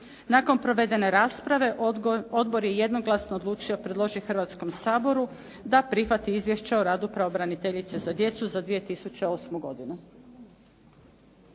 Nakon provedene rasprave odbor je jednoglasno odlučio predložiti Hrvatskom saboru da prihvati izvješće o radu pravobraniteljice za djecu za 2008. godinu.